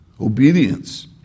obedience